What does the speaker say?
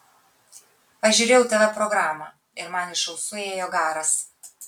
aš žiūrėjau tv programą ir man iš ausų ėjo garas